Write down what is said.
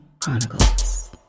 Chronicles